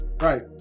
Right